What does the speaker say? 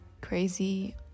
crazy